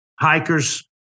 hikers